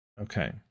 Okay